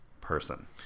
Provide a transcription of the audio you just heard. person